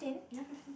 ya fifteen